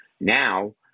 now